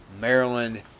Maryland